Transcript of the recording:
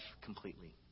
completely